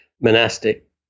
monastic